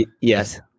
Yes